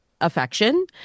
affection